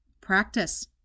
practice